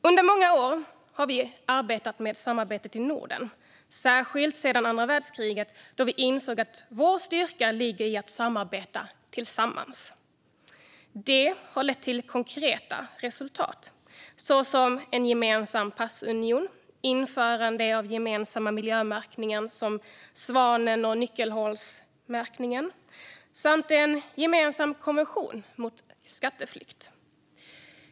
Under många år har vi arbetat med samarbetet i Norden, särskilt sedan andra världskriget, då vi insåg att vår styrka ligger i att arbeta tillsammans. Det har lett till konkreta resultat såsom en gemensam passunion, införande av gemensamma miljömärkningar som svanmärkning och nyckelhålsmärkning samt en gemensam konvention mot skatteflykt.